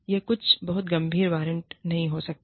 यह कुछ बहुत गंभीर वारंट नहीं हो सकता है